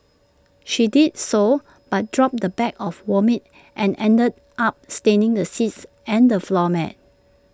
she did so but dropped the bag of vomit and ended up staining the seats and the floor mat